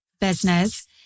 business